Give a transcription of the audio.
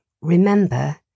Remember